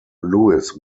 lewis